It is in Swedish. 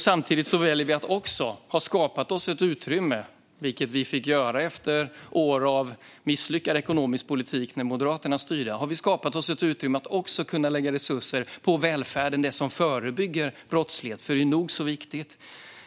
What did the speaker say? Samtidigt har vi, efter år av misslyckad ekonomisk politik när Moderaterna styrde, skapat oss ett utrymme för att också kunna lägga resurser på välfärden, alltså det som förebygger brottslighet, för det är nog så viktigt.